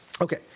Okay